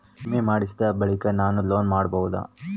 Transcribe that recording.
ವಿಮೆ ಮಾಡಿಸಿದ ಬಳಿಕ ನಾನು ಲೋನ್ ಪಡೆಯಬಹುದಾ?